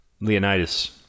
Leonidas